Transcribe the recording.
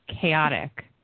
chaotic